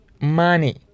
money